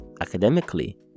academically